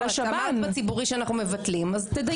לא, את אמרת בציבורי שאנחנו מבטלים, אז תדייקי.